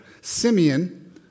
Simeon